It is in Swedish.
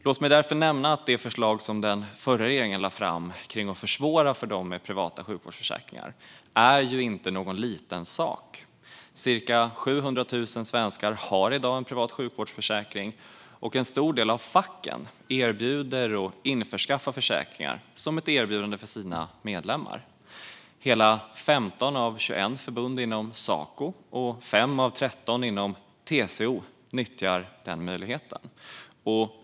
Låt mig därför nämna att det förslag som den förra regeringen lade fram om att försvåra för dem med privata sjukvårdsförsäkringar inte är någon liten sak. Cirka 700 000 svenskar har i dag en privat sjukvårdsförsäkring, och en stor del av facken erbjuder och införskaffar försäkringar som ett erbjudande till sina medlemmar. Hela 15 av 21 förbund inom Saco och 5 av 13 inom TCO nyttjar den möjligheten.